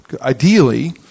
Ideally